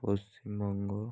Paschimbanga